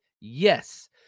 Yes